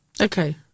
okay